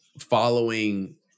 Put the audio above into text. following